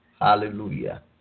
Hallelujah